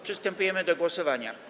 Przystępujemy do głosowania.